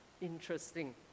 interesting